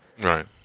Right